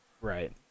Right